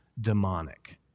demonic